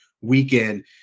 weekend